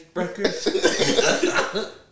records